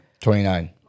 29